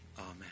Amen